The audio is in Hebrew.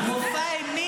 מה הפתרון שלך?